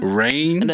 rain